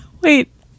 Wait